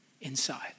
inside